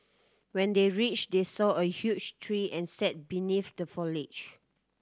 when they reached they saw a huge tree and sat beneath the foliage